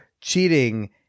cheating